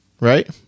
right